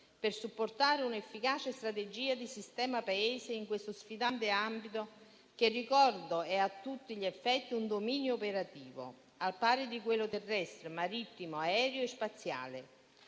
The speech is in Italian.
per supportare un'efficace strategia di sistema Paese in questo sfidante ambito, che - lo ricordo - è a tutti gli effetti un dominio operativo al pari di quelli terrestre, marittimo, aereo e spaziale.